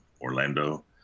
Orlando